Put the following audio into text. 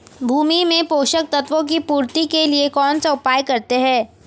भूमि में पोषक तत्वों की पूर्ति के लिए कौनसा उपाय करते हैं?